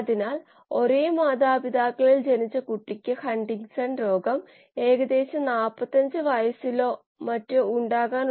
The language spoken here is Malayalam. ഇതിന്റെ കുറച്ച് ഉപയോഗങ്ങൾ നോക്കാം ഞാൻ ഒരു പ്രശ്നം നൽകാം